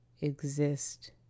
exist